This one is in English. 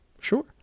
Sure